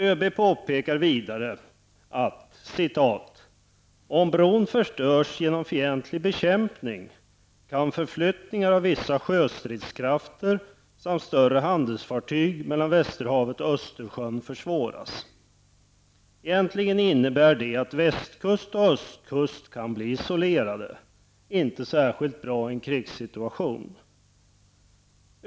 ÖB påpekar vidare: ''Om bron förstörs genom fientlig bekämpning kan förflyttningar av vissa sjöstridskrafter samt större handelsfartyg mellan Västerhavet och Östersjön försvåras.'' Egentligen innebär det att västkust och östkust kan bli isolerade. Det är inte särskilt bra i en krigssituation.